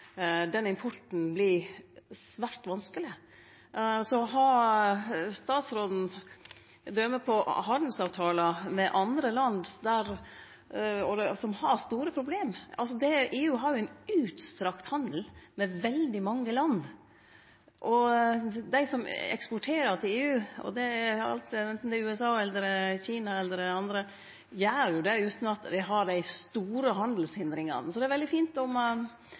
importen vert svært vanskeleg. Har statsråden døme på handelsavtalar med andre land som har store problem? EU har ein utstrakt handel med veldig mange land, og dei som eksporterer til EU – anten det er USA, Kina eller andre – gjer det utan dei store handelshindringane. Så det er veldig fint om utanriksministeren kan gi nokre konkrete eksempel på alle dei håplause handelsavtalane som finst. Nær 80 pst. av vår eksport går til EU, og